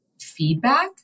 feedback